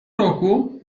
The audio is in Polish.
roku